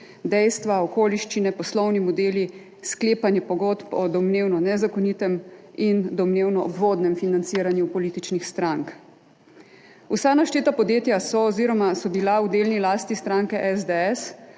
dejstva, okoliščine, poslovni modeli, sklepanje pogodb o domnevno nezakonitem in domnevno obvodnem financiranju političnih strank. Vsa našteta podjetja so oziroma so bila v delni lasti stranke SDS